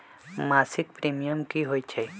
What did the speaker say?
मासिक प्रीमियम की होई छई?